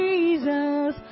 Jesus